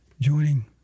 Joining